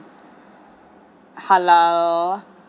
hello